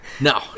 No